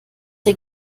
der